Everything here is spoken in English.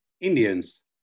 Indians